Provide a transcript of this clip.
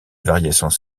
variations